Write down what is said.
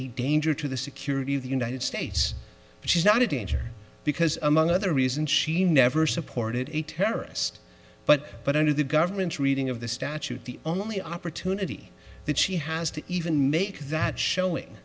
a danger to the security of the united states she's not a danger because among other reasons she never supported a terrorist but but under the government's reading of the statute the only opportunity that she has to even make that showing